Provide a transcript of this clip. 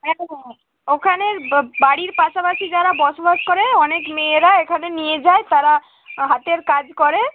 হ্যাঁ হ্যাঁ ওখানে বাড়ির পাশাপাশি যারা বসবাস করে অনেক মেয়েরা এখানে নিয়ে যায় তারা হাতের কাজ করে